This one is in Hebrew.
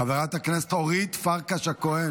חברת הכנסת אורית פרקש הכהן,